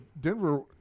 Denver